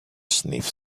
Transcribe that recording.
sniff